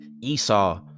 esau